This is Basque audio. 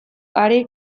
are